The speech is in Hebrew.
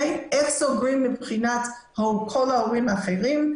איך סוגרים מבחינת כל ההורים האחרים,